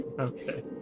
Okay